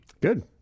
Good